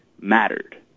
mattered